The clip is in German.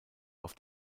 auf